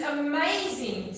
amazing